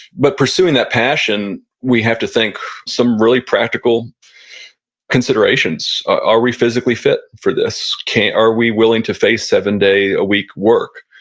but pursuing that passion, we have to think some really practical considerations are we physically fit for this? are we willing to face seven day a week work?